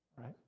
right